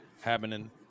Happening